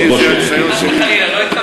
חס וחלילה, לא התכוונתי להפריע.